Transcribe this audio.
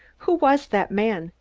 who was that man?